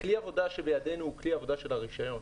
כלי העבודה שבידינו הוא כלי עבודה של הרישיון.